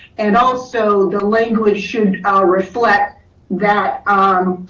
and also the language should reflect that